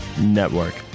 Network